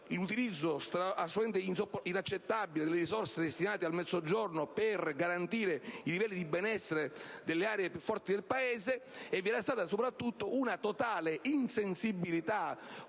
l'utilizzo, assolutamente inaccettabile, delle risorse destinate al Mezzogiorno, per garantire i livelli di benessere delle aree più forti del Paese, e vi fosse stata soprattutto una totale insensibilità,